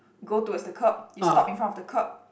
go towards the curb you stop in front of the curb